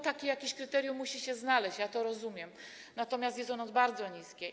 Takie jakieś kryterium musi się znaleźć, ja to rozumiem, natomiast jest ono bardzo niskie.